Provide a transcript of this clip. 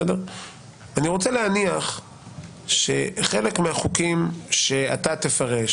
אני רוצה להניח שחלק מהחוקים שאתה תפרש